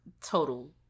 total